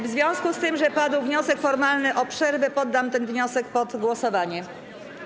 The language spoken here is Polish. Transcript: W związku z tym, że padł wniosek formalny o przerwę, poddam ten wniosek pod głosowanie.